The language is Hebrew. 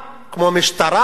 כמו משטרה,